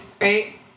right